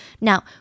Now